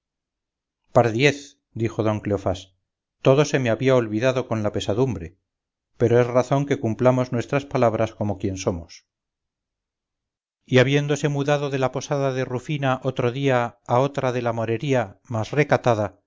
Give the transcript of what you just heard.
yo fiscal pardiez dijo don cleofás todo se me había olvidado con la pesadumbre pero es razón que cumplamos nuestras palabras como quien somos y habiéndose mudado de la posada de rufina otro día a otra de la morería más recatada